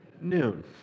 Noon